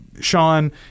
Sean